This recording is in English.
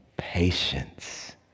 patience